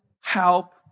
help